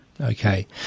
Okay